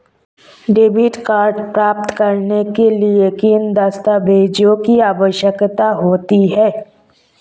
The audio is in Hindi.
डेबिट कार्ड प्राप्त करने के लिए किन दस्तावेज़ों की आवश्यकता होती है?